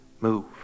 Move